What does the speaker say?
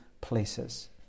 places